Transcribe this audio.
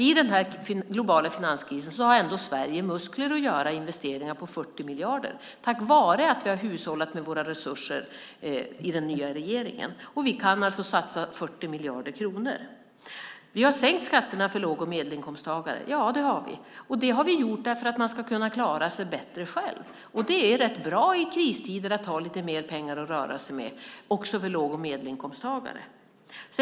I den globala finanskrisen har Sverige ändå muskler att göra investeringar på 40 miljarder tack vare att regeringen har hushållat med våra resurser. Vi kan alltså satsa 40 miljarder kronor. Ja, vi har sänkt skatterna för låg och medelinkomsttagare för att de ska kunna klara sig bättre själva. I kristider är det rätt bra att ha lite mer pengar att röra sig med, också för låg och medelinkomsttagare.